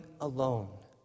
alone